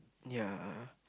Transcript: yeah